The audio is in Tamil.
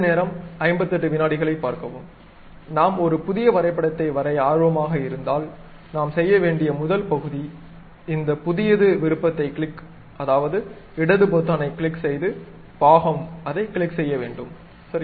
நாம் ஒரு புதிய வரைபடத்தை வரைய ஆர்வமாக இருந்தால் நாம் செய்ய வேண்டிய முதல் பகுதி இந்த புதியது விருப்பத்தில் கிளிக் அதாவது இடது பொத்தானை கிளிக் செய்து பாகம் அதைக் கிளிக் செய்ய வேண்டும் சரி